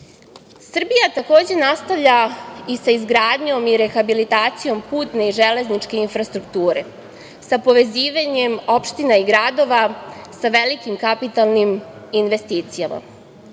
takođe, nastavlja i sa izgradnjom i rehabilitacijom putne i železničke infrastrukture, sa povezivanjem opština i gradova, sa velikim kapitalnim investicijama.